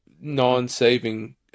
non-saving